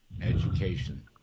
education